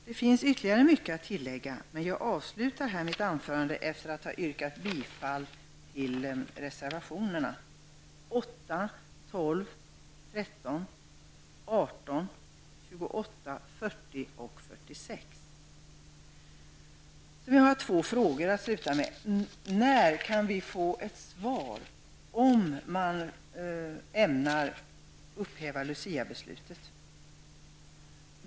Det finns mycket annat att tillägga, men jag avslutar mitt anförande efter att ha yrkat bifall till reservationerna 8, 12, 13, 18, 28 och 46. Jag slutar med att ställa två frågor. När kan vi få ett svar på när man ämnar upphäva Luciabeslutet?